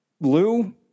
Lou